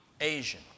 Asian